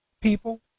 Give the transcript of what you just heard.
people